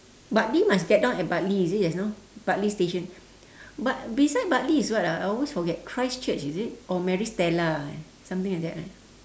bartley must get down at Bartley is it just now bartley station but beside bartley is what ah I always forget christchurch is it or maris stella eh something like that eh